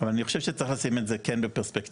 אני חושב שצריך לשים את זה כן בפרספקטיבה.